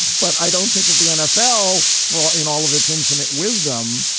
but i don't think that the nfl for ah in all of its infinite wisdom,